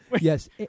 Yes